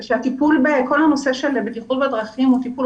אבל הטיפול בכל הנושא של בטיחות בדרכים הוא טיפול